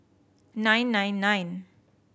nine nine nine